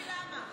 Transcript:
למה?